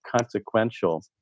consequential